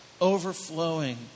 overflowing